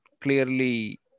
clearly